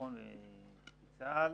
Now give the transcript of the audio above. ביטחון וצה"ל.